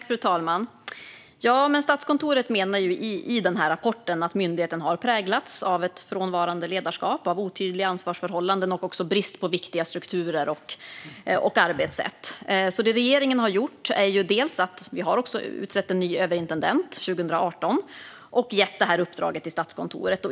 Fru talman! Statskontoret menar i rapporten att myndigheten har präglats av ett frånvarande ledarskap, otydliga ansvarsförhållanden och brist på viktiga strukturer och arbetssätt. Vad regeringen har gjort är att dels utse en överintendent, vilket skedde 2018, dels ge detta uppdrag till Statskontoret.